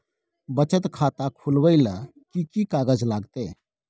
बचत खाता खुलैबै ले कि की कागज लागतै?